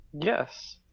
Yes